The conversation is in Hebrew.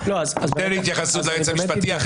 לא להשתלט עליו.